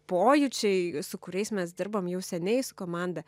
pojūčiai su kuriais mes dirbam jau seniai su komanda